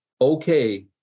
okay